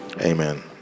Amen